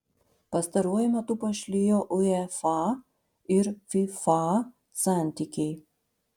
pastaruoju metu pašlijo uefa ir fifa santykiai